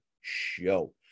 show